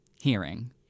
Hearing